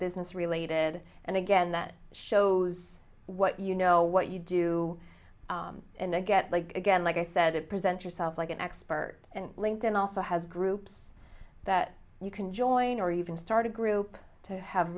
business related and again that shows what you know what you do and then get like again like i said it present yourself like an expert and linked in also has groups that you can join or even start a group to have